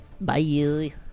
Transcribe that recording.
Bye